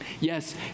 Yes